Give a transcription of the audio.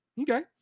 okay